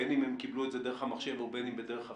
בין אם הם קיבלו את זה דרך המחשב ובין אם בדרך אחרת,